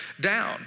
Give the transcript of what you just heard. down